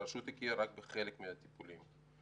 הרשות הכירה רק בחלק מטיפולים אלה.